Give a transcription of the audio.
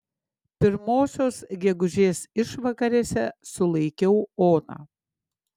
pirmosios gegužės išvakarėse sulaikiau oną